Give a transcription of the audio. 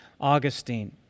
Augustine